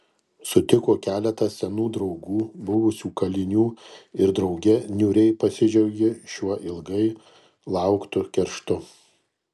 sutiko keletą senų draugų buvusių kalinių ir drauge niūriai pasidžiaugė šiuo ilgai lauktu kerštu